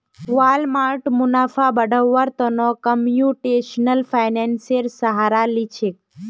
Walmart मुनाफा बढ़व्वार त न कंप्यूटेशनल फाइनेंसेर सहारा ली छेक